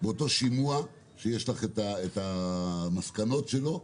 באותו שימוע שיש לך את המסקנות שלו,